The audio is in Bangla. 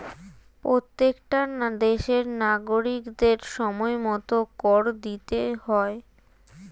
প্রত্যেকটা দেশের নাগরিকদের সময়মতো কর দিতে হয়